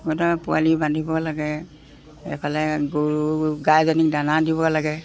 পোৱালি বান্ধিব লাগে এইফালে গৰু গাইজনীক দানা দিব লাগে